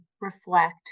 reflect